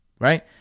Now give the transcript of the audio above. right